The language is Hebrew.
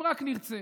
אם רק נרצה.